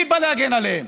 מי בא להגן עליהם?